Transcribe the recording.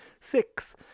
six